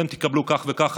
אתם תקבלו כך וכך,